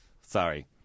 Sorry